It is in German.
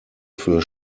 für